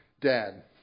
dad